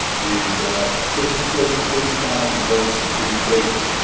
and just a switch of forty thousand votes in three states,